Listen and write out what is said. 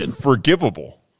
forgivable